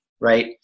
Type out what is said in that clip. right